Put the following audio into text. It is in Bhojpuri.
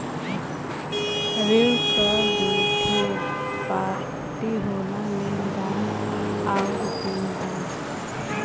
ऋण क दूठे पार्टी होला लेनदार आउर देनदार